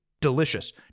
delicious